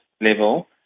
level